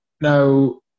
Now